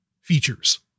features